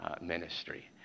ministry